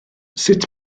sut